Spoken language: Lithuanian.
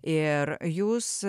ir jūs